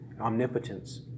omnipotence